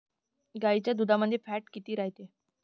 गाईच्या दुधामंदी फॅट किती रायते?